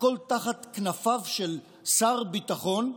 הכול תחת כנפיו של שר ביטחון.